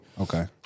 Okay